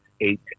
eight